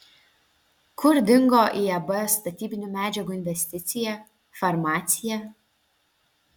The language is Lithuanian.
kur dingo iab statybinių medžiagų investicija farmacija